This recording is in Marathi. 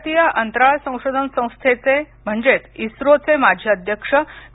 भारतीय अंतराळ संशोधन संस्थेचे म्हणजेच इस्रोचे माजी अध्यक्ष के